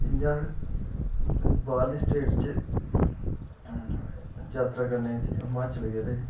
इ'यां अस बाह्रली स्टेट च जात्तरा करने गी हिमाचल गेदे हे